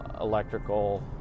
electrical